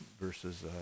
versus